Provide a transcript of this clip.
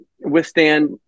withstand